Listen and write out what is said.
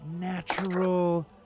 Natural